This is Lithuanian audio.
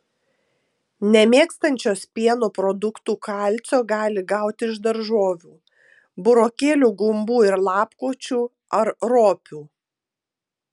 nemėgstančios pieno produktų kalcio gali gauti iš daržovių burokėlių gumbų ir lapkočių ar ropių